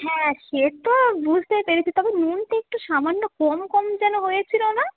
হ্যাঁ সে তো বুঝতেই পেয়েছি তবে নুনটা একটু সামান্য কম কম যেন হয়েছিলো না